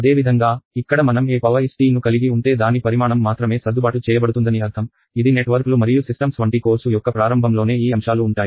అదేవిధంగా ఇక్కడ మనం est ను కలిగి ఉంటే దాని పరిమాణం మాత్రమే సర్దుబాటు చేయబడుతుందని అర్థం ఇది నెట్వర్క్లు మరియు సిస్టమ్స్ వంటి కోర్సు యొక్క ప్రారంభంలోనే ఈ అంశాలు ఉంటాయి